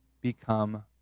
become